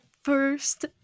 First